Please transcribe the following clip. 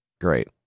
Great